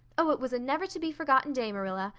oh, it was a never-to-be-forgotten day, marilla.